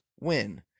win